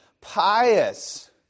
pious